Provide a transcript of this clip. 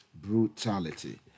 brutality